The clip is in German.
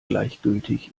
gleichgültig